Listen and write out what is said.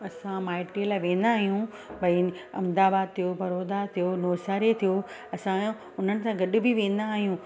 असां माइट लाइ वेंदा आहियूं भई अहमदाबाद थियो बड़ौदा थियो नवसारी थियो असां इहो उन्हनि सां गॾु बि वेंदा आहियूं